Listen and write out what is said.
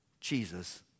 Jesus